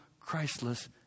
Christless